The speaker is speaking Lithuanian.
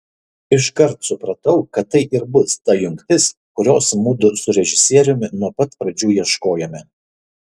iškart supratau kad tai ir bus ta jungtis kurios mudu su režisieriumi nuo pat pradžių ieškojome